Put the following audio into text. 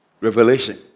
Revelation